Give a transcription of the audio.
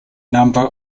number